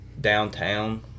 downtown